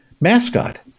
mascot